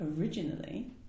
originally